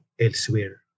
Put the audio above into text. elsewhere